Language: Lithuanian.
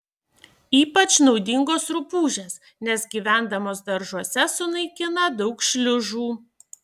ypač naudingos rupūžės nes gyvendamos daržuose sunaikina daug šliužų